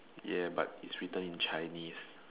yeah but it's written in chinese